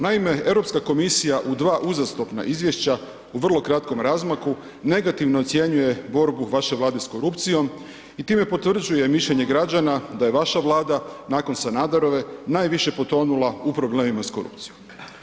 Naime, Europska komisija u dva uzastopna izvješća u vrlo kratkom razmaku, negativno ocjenjuje borbu vaše Vlade sa korupcijom i time potvrđuje mišljenje građana da je vaša Vlada nakon Sanaderove, najviše potonula u problemima sa korupcijom.